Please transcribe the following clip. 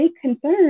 concern